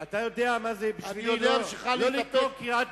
אתה יודע מה זה בשבילי לא לקרוא קריאת